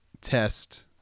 test